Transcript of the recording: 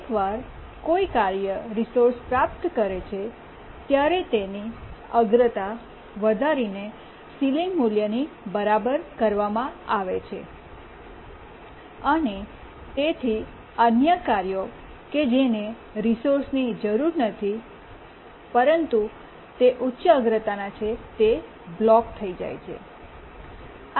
એકવાર કોઈ કાર્ય રિસોર્સ પ્રાપ્ત કરે છે ત્યારે તેની અગ્રતા વધારીને સીલીંગ મૂલ્યની બરાબર કરવામાં આવે છે અને તેથી અન્ય કાર્યો કે જેને રિસોર્સની જરૂર નથી પરંતુ તે ઉચ્ચ અગ્રતાના છે તે બ્લોક થઈ જાય છે